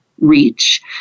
Reach